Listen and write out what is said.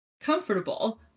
comfortable